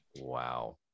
Wow